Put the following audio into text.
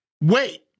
Wait